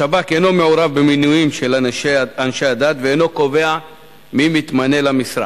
השב"כ אינו מעורב במינוים של אנשי הדת ואינו קובע מי מתמנה למשרה.